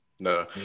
No